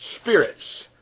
spirits